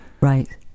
right